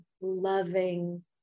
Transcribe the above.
loving